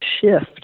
shift